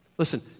Listen